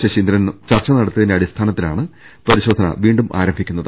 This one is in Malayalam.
ശശീന്ദ്രൻ ചർച്ച നടത്തിയതിന്റെ അടിസ്ഥാനത്തിലാണ് പരിശോധന വീണ്ടും ആരംഭിക്കുന്നത്